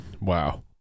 Wow